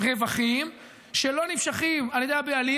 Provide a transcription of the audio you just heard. רווחים שלא נמשכים על ידי הבעלים,